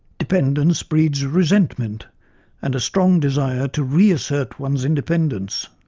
dependence breeds resentment and a strong desire to reassert one's independence.